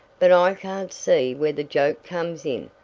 but i can't see where the joke comes in.